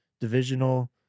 Divisional